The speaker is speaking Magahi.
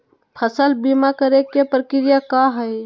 फसल बीमा करे के प्रक्रिया का हई?